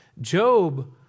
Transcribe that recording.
Job